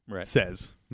says